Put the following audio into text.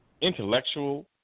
intellectual